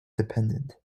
dependent